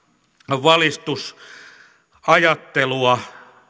valistusajattelua